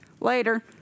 later